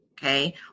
Okay